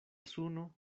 suno